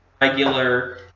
regular